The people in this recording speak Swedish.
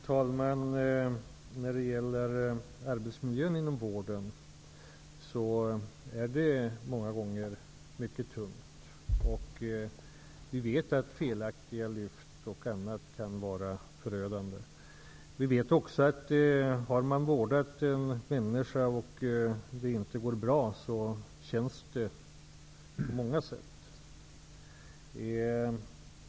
Herr talman! När det gäller arbetsmiljön inom vården så är arbetet där många gånger mycket tungt. Vi vet att felaktiga lyft och annat kan vara förödande. Vi vet också att om man har vårdat en människa och det inte går bra, känns det på många sätt.